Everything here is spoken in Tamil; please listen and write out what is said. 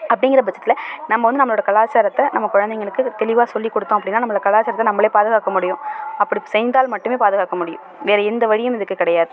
அப்படிங்கிற பட்சத்தில் நம்ம வந்து நம்மளோட கலாச்சாரத்தை நம்ம குழந்தைங்களுக்கு தெளிவாக சொல்லி கொடுத்தோம் அப்படினா நம்ம கலாச்சாரத்தை நம்மளே பாதுகாக்க முடியும் அப்படி செய்தால் மட்டுமே பாதுகாக்க முடியும் வேற எந்த வழியும் இதற்கு கிடையாது